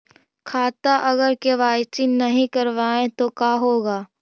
खाता अगर के.वाई.सी नही करबाए तो का होगा?